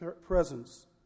presence